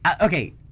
okay